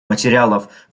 материалов